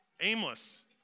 aimless